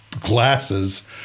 glasses